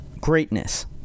greatness